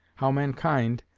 how mankind,